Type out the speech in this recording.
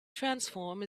transform